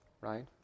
right